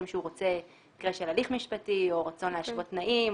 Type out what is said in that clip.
של הליך משפטי או רצון להשוות תנאים,